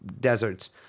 deserts